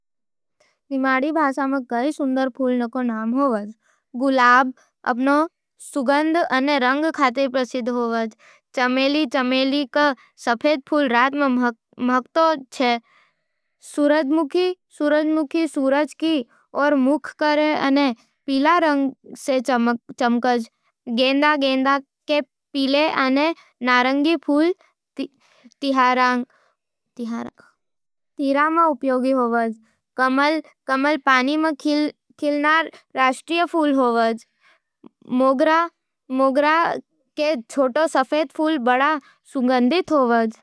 निमाड़ी भाषा में कई सुंदर फूलां के नाम होवे। गुलाब गुलाब अपन सुगंध अने रंग खातिर प्रसिद्ध होवे। चमेली चमेली के सफेद फूल रात मं महकते छे। सूरजमुखी सूरजमुखी सूरज की ओर मुख करे अने पीले रंग से चमके। गेंदा गेंदा के पीले अने नारंगी फूल तिहारां मं उपयोगी होवे। कमल कमल पानी मं खिलनार राष्ट्रीय फूल होवे। मोगरा का छूटा सइफ़ाद फूल सुंगन्दीद होवज।